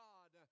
God